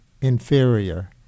inferior